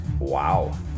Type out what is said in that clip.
Wow